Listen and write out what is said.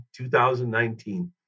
2019